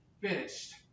finished